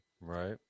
right